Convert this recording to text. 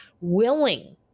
willing